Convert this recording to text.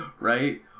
Right